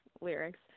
lyrics